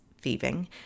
thieving